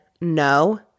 no